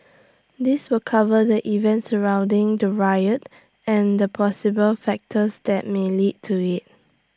this will cover the events surrounding the riot and the possible factors that may led to IT